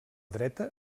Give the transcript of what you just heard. dreta